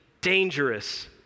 dangerous